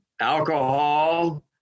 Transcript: alcohol